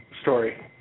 story